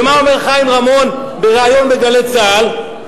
מה אומר חיים רמון בריאיון ב"גלי צה"ל"?